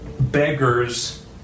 beggars